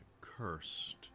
cursed